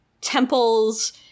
temples